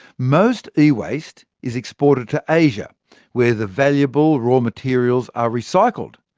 most ewaste is exported to asia where the valuable raw materials are recycled,